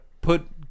put